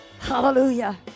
Hallelujah